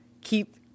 Keep